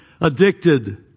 addicted